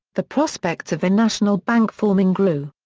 the prospects of a national bank forming grew.